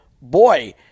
boy